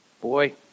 boy